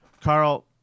carl